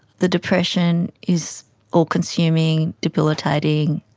the depression is all consuming, debilitating,